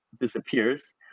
disappears